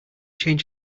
change